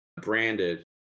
branded